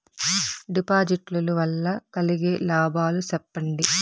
డిపాజిట్లు లు వల్ల కలిగే లాభాలు సెప్పండి?